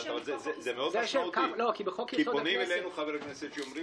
או אנשים חמושים לירות על ראש מועצה או על שומר הראש שלו,